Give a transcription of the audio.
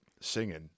singing